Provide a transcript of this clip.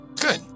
Good